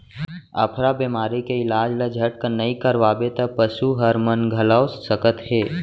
अफरा बेमारी के इलाज ल झटकन नइ करवाबे त पसू हर मन घलौ सकत हे